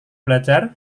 belajar